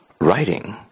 Writing